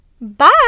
bye